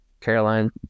Caroline